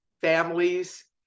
families